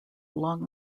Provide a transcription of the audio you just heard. along